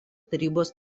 tarybos